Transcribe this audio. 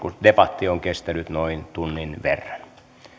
debatti on kestänyt noin tunnin verran